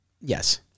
Yes